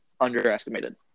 underestimated